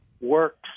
works